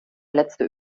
letzte